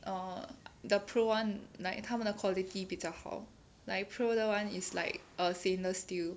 err the pro [one] like 他们的 quality 比较好 like pro 的 [one] is like err stainless steel